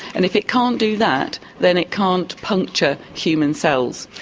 and if it can't do that then it can't puncture human cells.